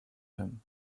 him